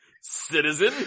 Citizen